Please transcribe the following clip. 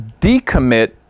decommit